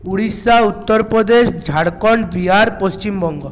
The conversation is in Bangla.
উড়িষ্যা উত্তরপ্রদেশ ঝাড়খণ্ড বিহার পশ্চিমবঙ্গ